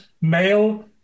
male